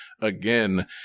again